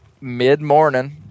mid-morning